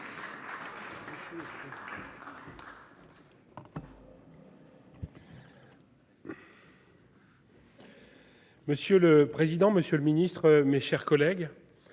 Monsieur le président, Monsieur le Ministre, mes chers collègues.